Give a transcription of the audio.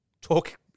talk